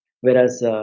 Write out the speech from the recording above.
whereas